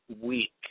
week